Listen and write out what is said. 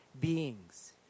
beings